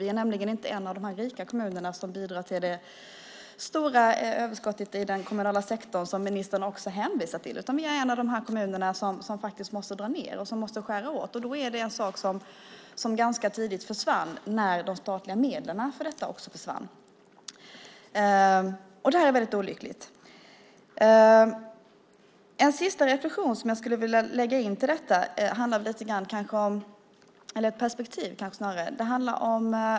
Vi är nämligen inte en av de rika kommuner som bidrar till det stora överskott i den kommunala sektorn som ministern hänvisar till, utan vi är en av de kommuner som måste dra ned och skära. Det var en sak som försvann ganska tidigt när de statliga medlen för detta också försvann. Det är väldigt olyckligt. Ett sista perspektiv som jag skulle vilja lägga till detta handlar om barnkonventionen.